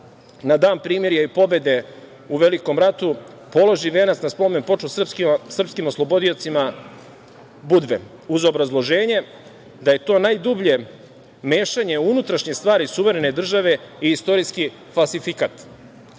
na Dan primirja i pobede u Velikom ratu položi venac na spomen-ploču srpskim oslobodiocima Budve, uz obrazloženje da je to najdublje mešanje u unutrašnje stvari suverene države i istorijski falsifikat.